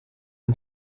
and